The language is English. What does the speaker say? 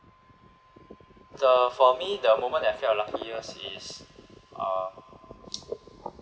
the for me the moment that I felt luckiest is uh